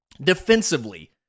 Defensively